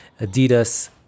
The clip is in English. Adidas